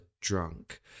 drunk